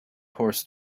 horse